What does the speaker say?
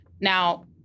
Now